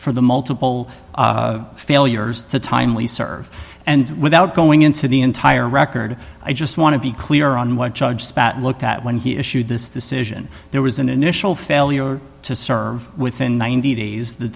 for the multiple failures to timely serve and without going into the entire record i just want to be clear on what judge spat looked at when he issued this decision there was an initial failure to serve within ninety days the